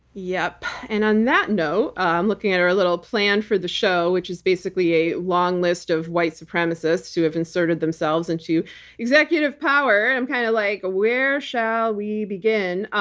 yep. and on that note, looking at our little plan for the show, which is basically a long list of white supremacists who have inserted themselves into executive power. i'm kind of like, where shall we begin?